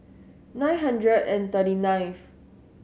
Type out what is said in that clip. nine hundred and thirty ninth